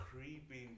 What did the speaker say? creeping